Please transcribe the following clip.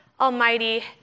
Almighty